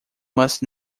must